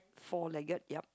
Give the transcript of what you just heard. four legged yup